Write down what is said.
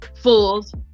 fools